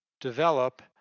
develop